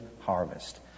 harvest